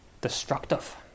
destructive